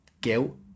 guilt